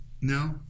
No